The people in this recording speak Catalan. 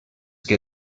que